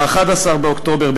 ב-9 באוקטובר,